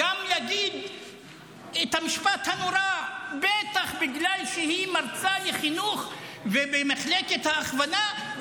גם להגיד את המשפט הנורא: בטח בגלל שהיא מרצה לחינוך ובמחלקת ההכוונה,